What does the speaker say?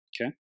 Okay